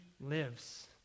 lives